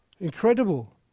Incredible